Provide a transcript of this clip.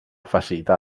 facilitar